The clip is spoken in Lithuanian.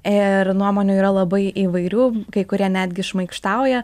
ir nuomonių yra labai įvairių kai kurie netgi šmaikštauja